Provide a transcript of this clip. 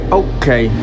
okay